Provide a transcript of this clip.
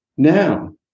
Now